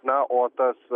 na o tas